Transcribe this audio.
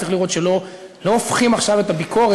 וצריך לראות שלא הופכים עכשיו את הביקורת,